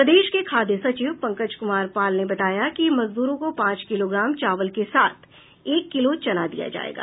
प्रदेश के खाद्य सचिव पंकज कुमार पाल ने बताया कि मजदूरों को पांच किलोग्राम चावल के साथ एक किलो चना दिया जायेगा